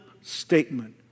statement